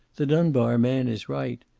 the dunbar man is right.